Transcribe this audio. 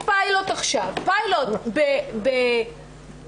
לוקחים בתוך